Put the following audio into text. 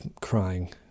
crying